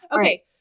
Okay